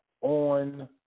on